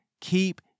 Keep